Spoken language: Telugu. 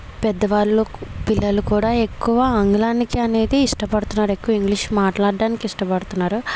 పెద్దవాళ్ళు పిల్లలు కూడా ఎక్కువ ఆంగ్లానికి అనేది ఇష్టపడుతున్నారు ఎక్కువ ఇంగ్లీష్ మాట్లాడడానికి ఇష్టపడుతున్నారు